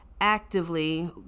actively